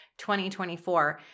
2024